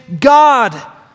God